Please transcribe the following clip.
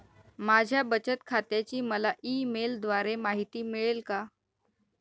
माझ्या बचत खात्याची मला ई मेलद्वारे माहिती मिळेल का?